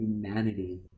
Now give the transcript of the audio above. humanity